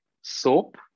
soap